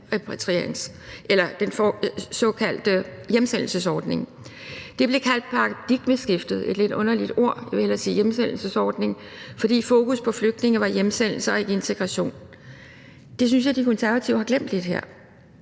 flygtninge, den såkaldte hjemsendelsesordning. Det blev kaldt paradigmeskiftet, et lidt underligt ord, og jeg vil hellere sige »hjemsendelsesordning«, fordi fokus på flygtninge var hjemsendelse og ikke integration. Det synes jeg at De Konservative har glemt lidt her.